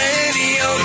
Radio